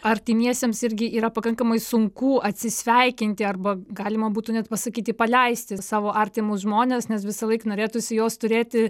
artimiesiems irgi yra pakankamai sunku atsisveikinti arba galima būtų net pasakyti paleisti savo artimus žmones nes visąlaik norėtųsi jos turėti